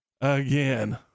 again